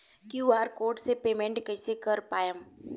QR code से payment कईसे कर पाएम?